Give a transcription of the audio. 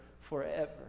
forever